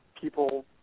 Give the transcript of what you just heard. people